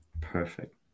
Perfect